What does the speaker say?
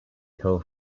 hill